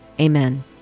Amen